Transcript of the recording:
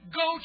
go